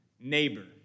Neighbor